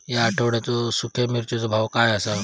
या आठवड्याचो सुख्या मिर्चीचो भाव काय आसा?